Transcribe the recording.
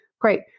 Great